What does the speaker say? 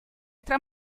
tra